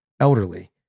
elderly